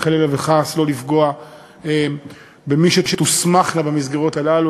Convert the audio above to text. וחלילה וחס לא לפגוע במי שתוסמכנה במסגרות האלה.